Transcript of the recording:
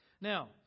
Now